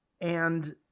and-